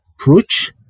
approach